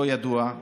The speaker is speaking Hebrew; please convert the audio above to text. כידוע,